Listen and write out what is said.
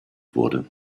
wurde